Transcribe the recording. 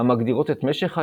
המגדירות את משך האירועים,